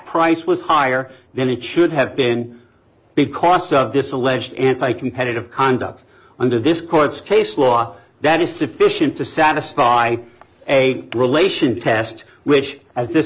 price was higher than it should have been because of this alleged anti competitive conduct under this court's case law that is sufficient to satisfy a relation test which as this